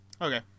Okay